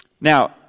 Now